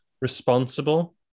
responsible